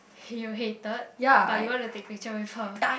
you hated but you want to take picture with her